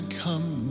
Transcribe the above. come